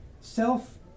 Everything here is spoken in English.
Self